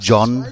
John